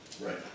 Right